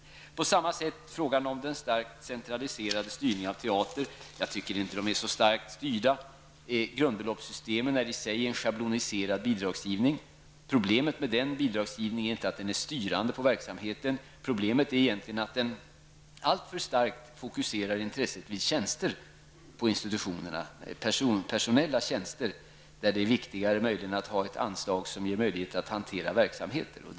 När det gäller frågan om den starkt centraliserade styrningen av teater, kan jag inte se att teatrarna är så starkt styrda. Grundbeloppssystemen är i sig en schabloniserad bidragsgivning. Problemet med dessa bidrag är inte att de är styrande på verksamheten, utan att de alltför starkt fokuserar intresset på personella tjänster på institutionerna. Det kan i och för sig vara viktigare att ha ett anslag som ger möjlighet att hantera verksamheten.